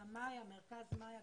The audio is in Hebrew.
מרכז 'מאיה',